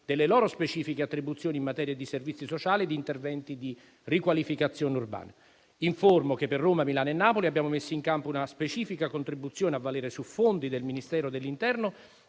delle loro specifiche attribuzioni in materia di servizi sociali e di interventi di riqualificazione urbana. Informo che per Roma, Milano e Napoli abbiamo messo in campo una specifica contribuzione a valere su fondi del Ministero dell'interno